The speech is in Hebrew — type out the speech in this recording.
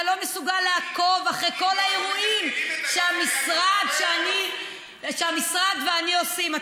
אתה לא מסוגל לעקוב אחרי כל האירועים שהמשרד ואני עושים.